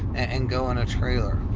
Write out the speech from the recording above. and go in a trailer.